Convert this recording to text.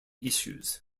issues